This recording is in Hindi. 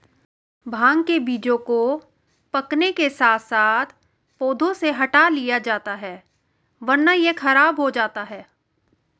भांग के बीजों को पकने के साथ साथ पौधों से हटा लिया जाता है वरना यह खराब हो जाता है